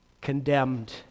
condemned